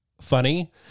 funny